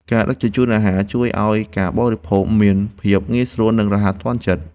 ការដឹកជញ្ជូនអាហារ ជួយឱ្យការបរិភោគមានភាពងាយស្រួល និងរហ័សទាន់ចិត្ត។